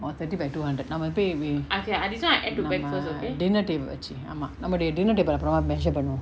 or thirty by two hundred நாம எப்பயுமே நம்ம:naama eppayume namma dinner table வச்சி ஆமா நம்மோடய:vachi aama nammodaya dinner table அப்ரமா:aprama measure பன்னுவோ:pannuvo